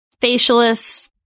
facialists